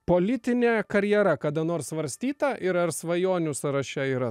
politinė karjera kada nors svarstyta ir ar svajonių sąraše yra